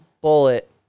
bullet